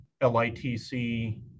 LITC